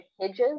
hedges